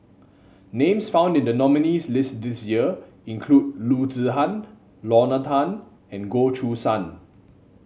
names found in the nominees' list this year include Loo Zihan Lorna Tan and Goh Choo San